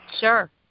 sure